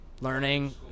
learning